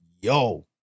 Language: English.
yo